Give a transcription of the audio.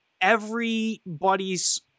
everybody's